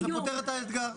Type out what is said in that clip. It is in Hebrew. זה פותר את האתגר.